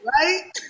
Right